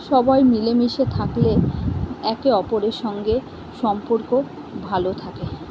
সবাই মিলেমিশে থাকলে একে অপরের সঙ্গে সম্পর্ক ভালো থাকে